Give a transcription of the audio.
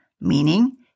meaning